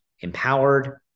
empowered